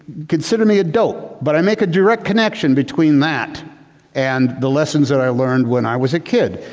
consider me a dope. but i make a direct connection between that and the lessons that i learned when i was a kid.